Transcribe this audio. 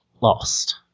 lost